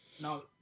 now